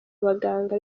baganga